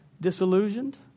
Disillusioned